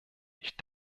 ich